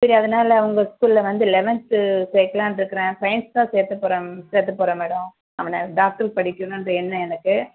சரி அதனால உங்கள் ஸ்கூலில் வந்து லெவன்த்து சேர்க்கலான்னு இருக்கிறேன் சைன்ஸ் தான் சேர்த்த போகறேன் சேர்த்த போகறேன் மேடம் அவனை டாக்டருக்கு படிக்கணும்ன்ற எண்ணம் எனக்கு